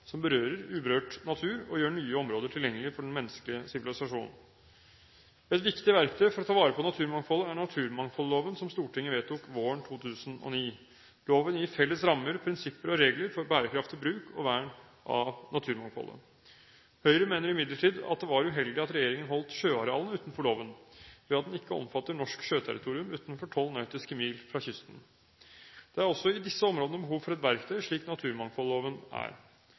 som berører uberørt natur og gjør nye områder tilgjengelig for den menneskelige sivilisasjon. Et viktig verktøy for å ta vare på naturmangfoldet er naturmangfoldloven som Stortinget vedtok våren 2009. Loven gir felles rammer, prinsipper og regler for bærekraftig bruk og vern av naturmangfoldet. Høyre mener imidlertid at det var uheldig at regjeringen holdt sjøarealene utenfor loven ved at den ikke omfatter norsk sjøterritorium utenfor 12 nautiske mil fra kysten. Det er også i disse områdene behov for et verktøy, slik naturmangfoldloven er.